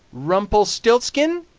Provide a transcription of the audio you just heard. rumpelstiltzkin?